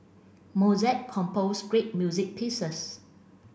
Mozart composed great music pieces